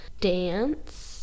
dance